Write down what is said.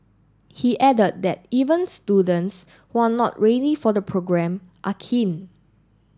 he added that even students who are not really for the programme are keen